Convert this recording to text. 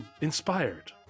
inspired